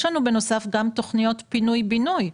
גם תכניות פינוי בינוי,